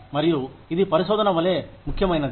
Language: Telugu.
మరియు ఇది పరిశోధనవలె ముఖ్యమైనది